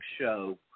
show